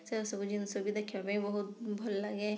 ସେସବୁ ଜିନିଷ ବି ଦେଖିବା ପାଇଁ ବହୁତ ଭଲ ଲାଗେ